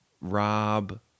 Rob